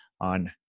on